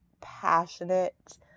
passionate